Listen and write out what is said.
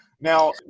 Now